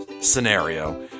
scenario